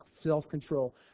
self-control